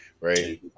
right